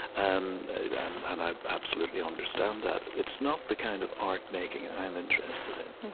and and and i absolutely understand that. it's not the kind of art-making i'm interested in.